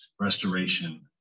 restoration